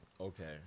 Okay